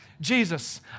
Jesus